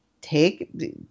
Take